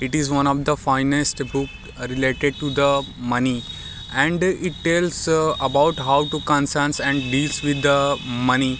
it is one of the finest book related to the money and it tells about how to conscious and deals with the money